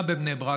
גם בבני ברק.